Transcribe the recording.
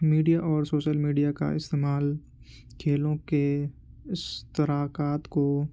media اور social media کا استعمال کھیلوں کے اشتراکات کو